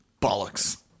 bollocks